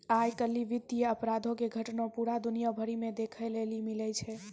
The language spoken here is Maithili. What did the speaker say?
आइ काल्हि वित्तीय अपराधो के घटना पूरा दुनिया भरि मे देखै लेली मिलै छै